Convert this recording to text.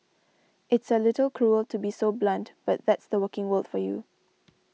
it's a little cruel to be so blunt but that's the working world for you